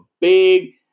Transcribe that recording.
big